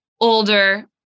older